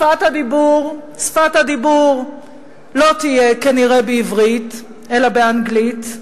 שפת הדיבור כנראה לא תהיה בעברית, אלא באנגלית.